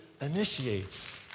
initiates